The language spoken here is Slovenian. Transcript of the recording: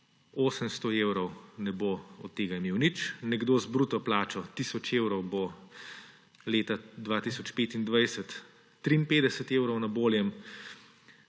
800 evrov ne bo od tega imel nič, nekdo z bruto plačo tisoč evrov bo leta 2025 53 evrov na boljem,